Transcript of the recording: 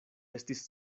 estis